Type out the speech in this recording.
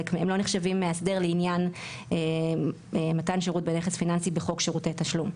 נחשבים מאסדר לעניין מתן שירות בנכס פיננסי בחוק שירותי תשלום.